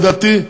לדעתי,